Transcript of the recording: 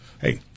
Hey